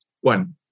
One